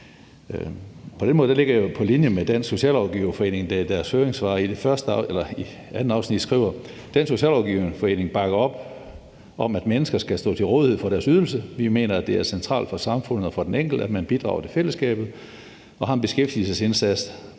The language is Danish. På den måde ligger jeg på linje med Dansk Socialrådgiverforening, der i deres høringssvar i andet afsnit skriver: »Dansk Socialrådgiverforening bakker op om, at mennesker skal stå til rådighed for deres ydelse. Vi mener, det er centralt for samfundet og for den enkelte, at man bidrager til fællesskabet og har en beskæftigelsesindsats,